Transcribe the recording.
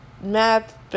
math